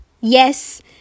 Yes